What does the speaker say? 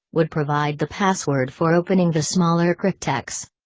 would provide the password for opening the smaller cryptex.